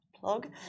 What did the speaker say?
plug